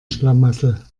schlamassel